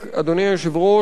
אדוני היושב-ראש,